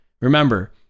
Remember